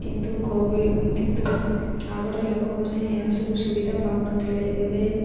କିନ୍ତୁ କିନ୍ତୁ ଆଗରେ ଲୋକମାନେ ଏହାସବୁ ସୁବିଧା ପାଉ ନଥିଲେ ଏବେ